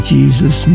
Jesus